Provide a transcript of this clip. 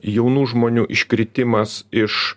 jaunų žmonių iškritimas iš